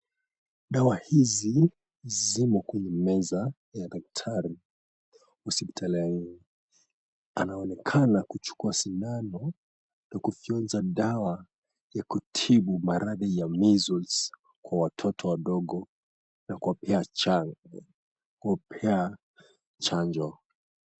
Dawa hizi zimo kwenye meza ya daktari hospitalini. Anaonekana kuchukua sindano na kufyonza dawa ya kutibu maradhi ya measles kwa watoto wadogo na kuwapea chanjo.